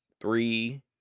three